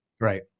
Right